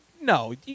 no